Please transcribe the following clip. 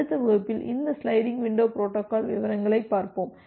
அடுத்த வகுப்பில் இந்த சிலைடிங் விண்டோ பொரோட்டோகால் விவரங்களை பார்ப்போம்